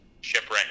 shipwreck